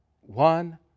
one